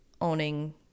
owning